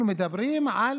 אנחנו מדברים על